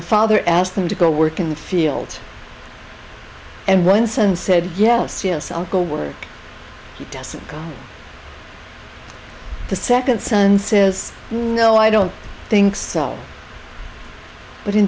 the father asked him to go work in the field and run son said yes yes i'll go work he doesn't go the second son says no i don't think so but in